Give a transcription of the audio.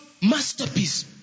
masterpiece